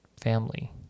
Family